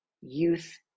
youth